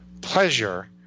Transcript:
pleasure